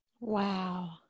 wow